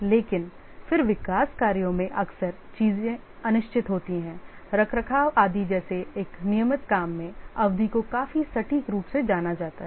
लेकिन फिर विकास कार्यों में अक्सर चीजें अनिश्चित होती हैं रखरखाव आदि जैसे एक नियमित काम में अवधि को काफी सटीक रूप से जाना जाता है